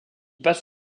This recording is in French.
passe